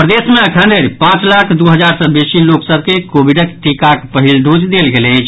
प्रदेश मे अखन धरि पांच लाख दू हजार सँ बेसी लोक सभ के कोविडक टीकाक पहिल डोज देल गेल अछि